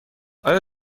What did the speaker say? آیا